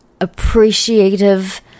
appreciative